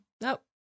nope